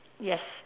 yes